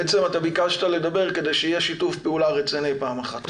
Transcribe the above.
בעצם אתה ביקשת לדבר כדי שיהיה שיתוף פעולה רציני פעם אחת.